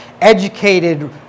educated